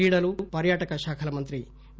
క్రీడలు పర్శాటక శాఖ మంత్రి వి